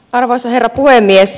arvoisa herra puhemies